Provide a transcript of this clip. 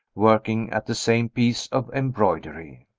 working at the same piece of embroidery.